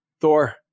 Thor